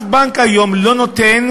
שום בנק היום לא נותן,